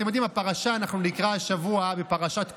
אתם יודעים, השבוע נקרא את פרשת קרח.